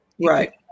Right